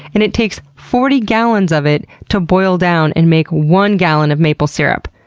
and it takes forty gallons of it to boil down and make one gallon of maple syrup.